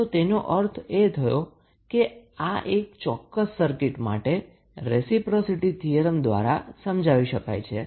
તો તેનો અથે એ થયો કે આ એક ચોક્કસ સર્કિટ માટે રેસીપ્રોસીટી થીયરમ દ્વારા સમજાવી શકાય છે